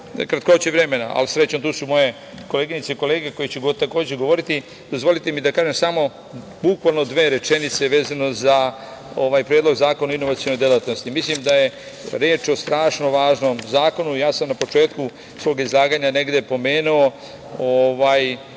kratkoće vremena, ali srećom tu su moje koleginice i kolege, koje će, takođe govoriti, dozvolite mi da kažem samo bukvalno dve rečenice, vezano za ovaj Predlog zakona o inovacionom delatnosti. Mislim da je reč o strašno važnom zakonu. Ja sam na početku svog izlaganja, negde pomenuo